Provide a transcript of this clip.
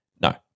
no